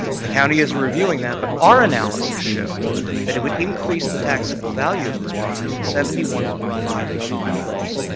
and the county is reviewing that. but our analysis showed it would increase the taxable value of this property to seventy one point five million dollars.